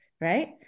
right